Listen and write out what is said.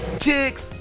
Chicks